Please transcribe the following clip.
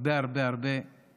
הרבה הרבה הרבה